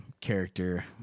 character